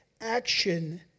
action